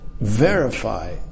verify